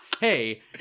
Hey